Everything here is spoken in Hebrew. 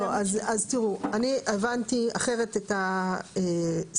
לא, אז תראו, אני הבנתי אחרת את השיח.